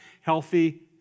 healthy